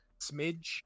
Smidge